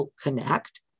connect